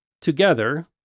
together